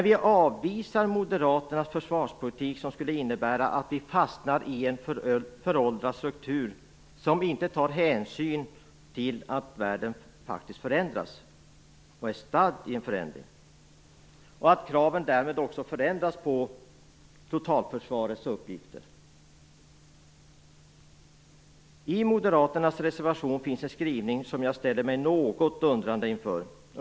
Vi avvisar Moderaternas försvarspolitik, som skulle innebära att vi fastnade i en föråldrad struktur som inte skulle ta hänsyn till att världen starkt förändras och till att kraven i totalförsvarets uppgifter därmed förändras. I Moderaternas reservation finns en skrivning som jag ställer mig något undrande inför.